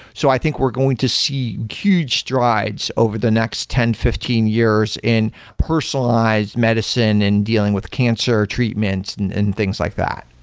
so i think we're going to see huge strides over the next ten, fifteen years in personalized medicine and dealing with cancer treatments and and things like that.